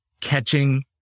catching